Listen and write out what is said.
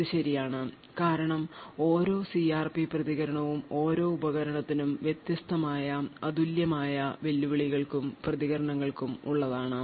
ഇത് ശരിയാണ് കാരണം ഓരോ സിആർപി പ്രതികരണവും ഓരോ ഉപകരണത്തിനും അനുയോജ്യമായ അതുല്യമായ വെല്ലുവിളിക്കും പ്രതികരണങ്ങൾക്കും ഉള്ളതാണ്